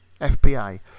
FBI